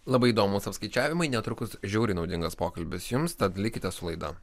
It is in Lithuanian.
labai įdomūs apskaičiavimai netrukus žiauriai naudingas pokalbis jums tad likite su laida